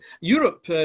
Europe